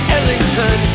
Ellington